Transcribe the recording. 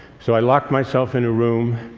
so, i locked myself in a room,